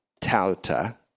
Tauta